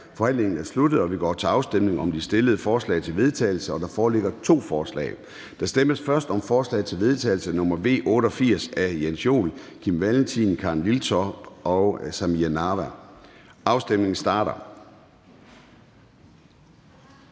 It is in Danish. Forhandlingen er sluttet, og vi går til afstemning om de stillede forslag til vedtagelse. Der foreligger to forslag. Der stemmes først om forslag til vedtagelse nr. V 88 af Jens Joel (S), Kim Valentin (V), Karin Liltorp (M) og Samira Nawa (RV). Afstemningen starter.